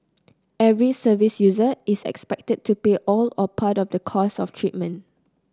every service user is expected to pay all or part of the costs of treatment